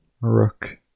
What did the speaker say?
Rook